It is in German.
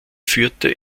führte